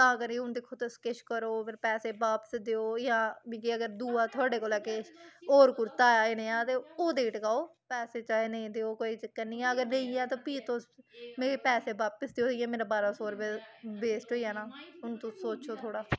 तां करियै हून दिक्खो तुस किश करो अगर पैसे बापस देओ जां मिगी अगर दूआ थोआढ़े कोला किश होर कुर्ता ऐ एह् नेहा ते होर देई टकाओ पैसे चाहे नेईं देओ कोई चक्कर नेईं ऐ अगर नेईं ऐ ते फ्ही तुस मेरे पैसे बापस देओ इ'यां मेरा बारां सौ रपेआ वेस्ट होई जाना हून तुस सोचो थोह्ड़ा